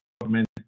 government